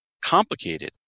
complicated